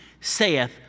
saith